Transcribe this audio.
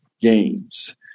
games